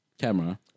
camera